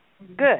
good